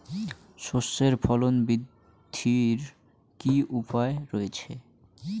সর্ষের ফলন বৃদ্ধির কি উপায় রয়েছে?